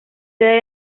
sede